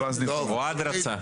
טייבה,